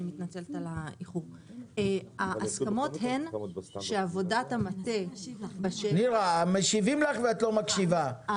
ההסכמות הן שעבודת המטה בנושא